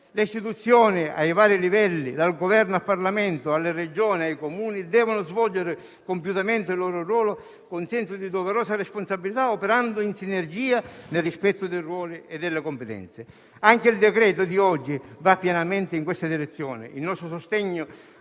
Le istituzioni, ai vari livelli, dal Governo al Parlamento, alle Regioni, ai Comuni, devono svolgere compiutamente il loro ruolo con senso di doverosa responsabilità, operando in sinergia, nel rispetto dei ruoli e delle competenze. Anche il decreto-legge oggi in esame va pienamente in questa direzione. Il nostro sostegno,